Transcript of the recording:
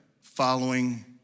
following